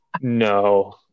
No